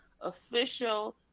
official